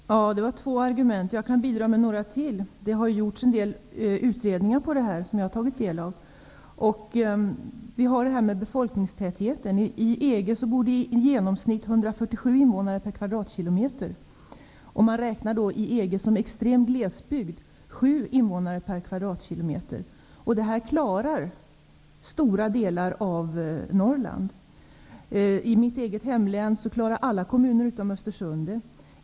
Herr talman! Det var två argument. Jag kan bidra med några till. Jag har tagit del av en del utredningar om dessa frågor. Vad gäller befolkningstätheten kan nämnas att det i EG bor i genomsnitt 147 invånare per kvadratkilometer. I invånare per kvadratkilometer. Detta kriterium uppfyller stora delar av Norrland. I mitt hemlän klarar alla kommuner utom Östersund detta.